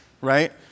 right